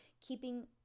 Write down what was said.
keeping